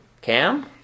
Cam